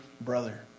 brother